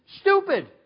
stupid